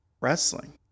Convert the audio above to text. wrestling